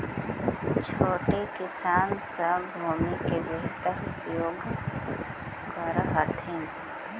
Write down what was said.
छोटे किसान सब भूमि के बेहतर उपयोग कर हथिन